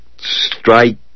strike